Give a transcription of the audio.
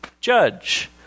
judge